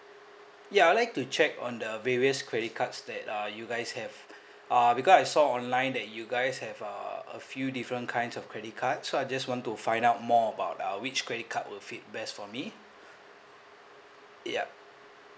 ya I'd like to check on the various credit cards that uh you guys have uh because I saw online that you guys have uh a few different kinds of credit card so I just want to find out more about uh which credit card will fit best for me yup